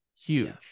huge